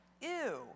Ew